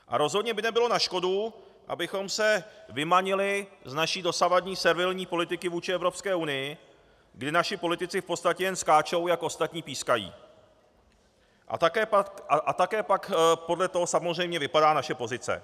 A rozhodně by nebylo na škodu, abychom se vymanili z naší dosavadní servilní politiky vůči Evropské unii, kdy naši politici v podstatě jen skáčou, jak ostatní pískají, a také pak podle toho samozřejmě vypadá naše pozice.